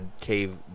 cave